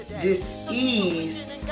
Dis-ease